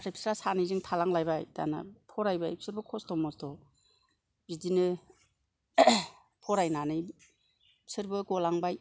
बिस्रा सानैजों थालांलायबाय दाना फरायबाय बिसोरबो खस्थ' मस्थ' बिदिनो फरायनानै बिसोरबो गलांबाय